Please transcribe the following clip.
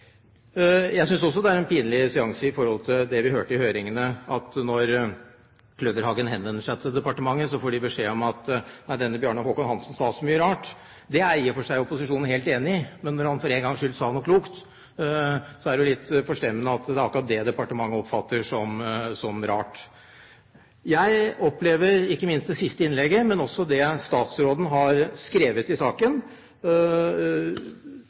Jeg synes også det er en pinlig seanse i forhold til det vi fikk høre i høringen, at da Kløverhagen henvendte seg til departementet, fikk de beskjed om at denne Bjarne Håkon Hanssen sa så mye rart. Det er i og for seg opposisjonen helt enig i, men når han for en gangs skyld sa noe klokt, er det jo litt forstemmende at det er akkurat det departementet oppfatter som rart. Jeg opplever ikke minst det siste innlegget, men også det statsråden har skrevet i saken,